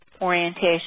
orientation